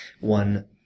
one